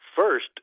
first